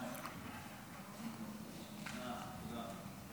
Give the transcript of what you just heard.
תודה רבה.